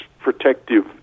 protective